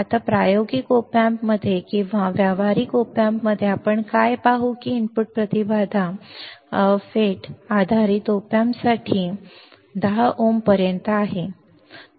आता प्रायोगिक op amps मध्ये किंवा व्यावहारिक op amps मध्ये आपण काय पाहू की इनपुट प्रतिबाधा इनपुट प्रतिबाधा FET आधारित op amps साठी FET आधारित op amps साठी 10 ohms पर्यंत आहे